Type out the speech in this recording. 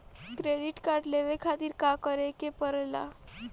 Credit card लेवे के खातिर का करेके पड़ेला?